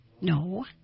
No